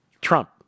Trump